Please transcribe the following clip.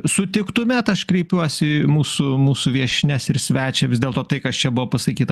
sutiktumėt aš kreipiuosi į mūsų mūsų viešnias ir svečią vis dėlto tai kas čia buvo pasakyta